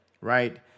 right